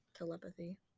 telepathy